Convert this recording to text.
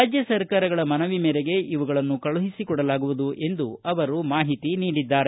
ರಾಜ್ಯ ಸರ್ಕಾರಗಳ ಮನವಿ ಮೇರೆಗೆ ಇವುಗಳನ್ನು ಕಳುಹಿಸಿಕೊಡಲಾಗುವುದು ಎಂದು ಮಾಹಿತಿ ನೀಡಿದ್ದಾರೆ